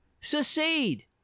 Succeed